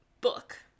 book